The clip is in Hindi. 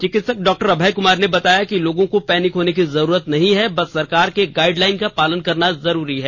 चिकित्सक डॉ अभय कुमार ने बताया कि लोगों को पैनिक होने की जरूरत नहीं है बस सरकार के गाइडलाइन का पालन करना जरूरी है